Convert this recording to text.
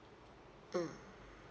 mm